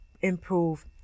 improve